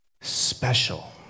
special